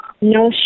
no